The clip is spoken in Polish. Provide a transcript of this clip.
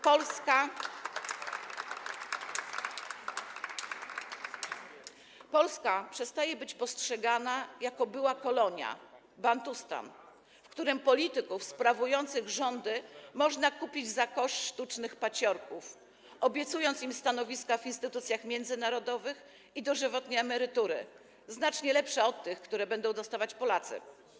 Polska przestaje być postrzegana jako była kolonia, bantustan, w którym polityków sprawujących rządy można kupić za koszt sztucznych paciorków, obiecując im stanowiska w instytucjach międzynarodowych i dożywotnie emerytury, znacznie lepsze od tych, które będą dostawać Polacy.